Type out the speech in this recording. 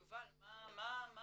יובל, מה מקשה?